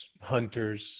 hunters